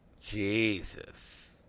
Jesus